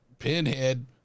Pinhead